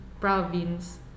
province